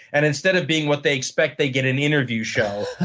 and instead of being what they expect, they get an interview show.